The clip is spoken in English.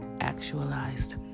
actualized